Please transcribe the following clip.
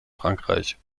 frankreich